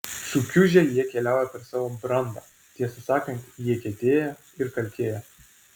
sukiužę jie keliauja per savo brandą tiesą sakant jie kietėja ir kalkėja